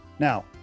Now